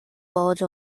bulge